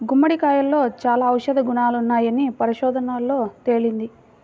గుమ్మడికాయలో చాలా ఔషధ గుణాలున్నాయని పరిశోధనల్లో తేలింది